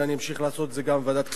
ואני אמשיך לעשות את זה גם בוועדת הכספים.